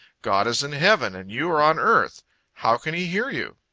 god is in heaven, and you are on earth how can he hear you?